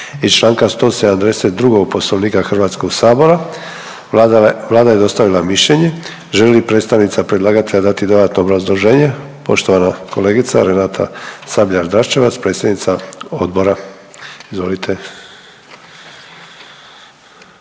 i čl. 172. Poslovnika HS. Vlada je dostavila mišljenje. Želi li predstavnica predlagatelja dati dodatno obrazloženje? Poštovana kolegica Renata Sabljar Dračevac predsjednica Odbora. Izvolite.